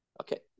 Okay